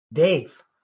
Dave